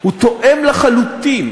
הוא תואם לחלוטין